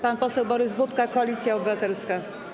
Pan poseł Borys Budka, Koalicja Obywatelska.